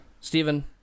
Stephen